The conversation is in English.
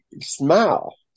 smile